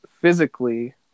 physically